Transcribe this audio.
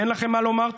אין לכם מה לומר?